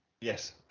Yes